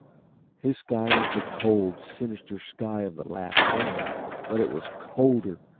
his sky was the cold, sinister sky of the last stand but it was colder,